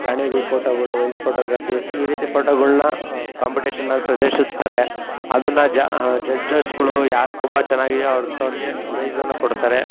ಪ್ರಾಣಿಗಳ್ ಫೋಟೋಗಳು wild photography ಈ ರೀತಿ ಫೋಟೋಗಳ್ನ ಕಾಂಪಿಟೇಷನಲ್ಲಿ ಪ್ರದರ್ಶಿಸ್ತಾರೆ ಅದನ್ನ ಜಾ ಜಡ್ಜಸ್ಗಳು ಯಾರು ತುಂಬ ಚೆನ್ನಾಗಿ ಅವ್ರು ಅಂಥವ್ರಿಗೆ ಪ್ರೈಝನ್ನು ಕೊಡ್ತಾರೆ